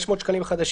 500 שקלים חדשים,